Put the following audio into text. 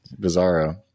bizarro